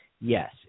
yes